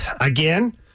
again